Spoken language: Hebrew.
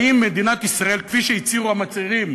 האם מדינת ישראל, כפי שהצהירו המצהירים,